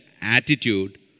attitude